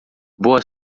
boa